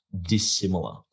dissimilar